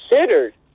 considered